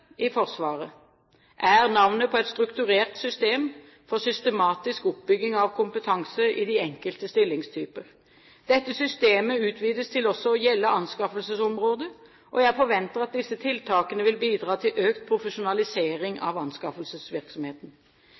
Forsvaret er navnet på et strukturert system for systematisk oppbygging av kompetanse i de enkelte stillingstyper. Dette systemet utvides til også å gjelde anskaffelsesområdet, og jeg forventer at disse tiltakene vil bidra til økt profesjonalisering av anskaffelsesvirksomheten.